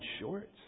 short